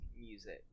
music